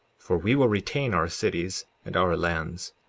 for we will retain our cities and our lands